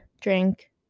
drink